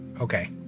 Okay